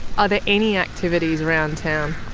are there any activities around town?